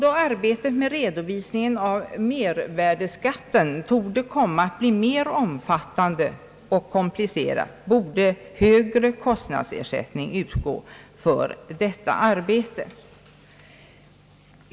Då arbetet med redovisningen av mervärdeskatten torde komma att bli mera omfattande och komplicerat, borde högre kostnadsersättning utgå för detta arbete.